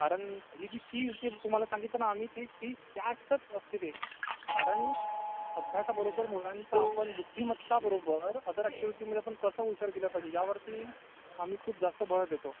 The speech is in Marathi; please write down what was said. कारण ही जी फिज जी तुम्हाला सांगितलं ना आम्ही ती फिज जास्तच असते ते कारण अभ्यासाबरोबर मुलांचा आपण बुद्धिमत्ता बरोबर अदर ॲक्टीविटीमध्ये पण कसं हुशार केलं पाहिजे यावरती आम्ही खूप जास्त भर देतो